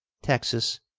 texas,